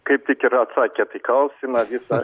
kaip tik ir atsakėt į klausimą visą